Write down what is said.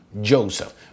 Joseph